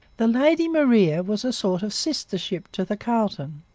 the lady maria was a sort of sister ship to the carleton.